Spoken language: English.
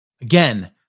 Again